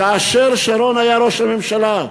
כאשר שרון היה ראש הממשלה,